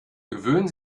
gewöhnen